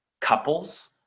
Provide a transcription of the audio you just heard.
couples